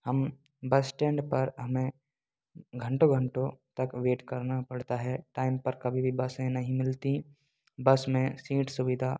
हम bus stand पर हमें घंटों घंटों तक वेट करना पड़ता है टाइम पर कभी भी बसें नही मिलती बस में सीट सुविधा